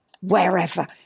wherever